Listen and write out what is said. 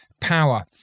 power